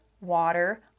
water